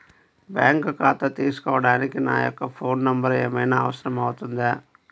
Bank ఖాతా తీసుకోవడానికి నా యొక్క ఫోన్ నెంబర్ ఏమైనా అవసరం అవుతుందా?